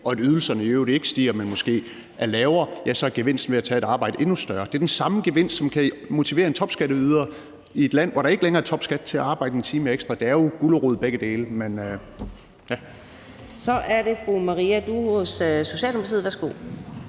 og at ydelserne i øvrigt ikke stiger, men måske er lavere, så er gevinsten ved at tage et arbejde endnu større. Det er den samme gevinst, som kan motivere en topskatteyder i et land, hvor der ikke længere er topskat, til at arbejde 1 time ekstra. Det er jo gulerod begge dele. Kl. 15:37 Fjerde næstformand (Karina